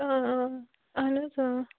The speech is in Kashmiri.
اہن حظ